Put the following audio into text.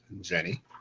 Jenny